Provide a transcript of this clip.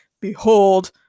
Behold